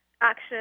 action